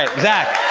zach.